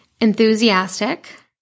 Enthusiastic